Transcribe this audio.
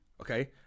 Okay